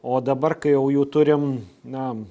o dabar kai jau jų turim na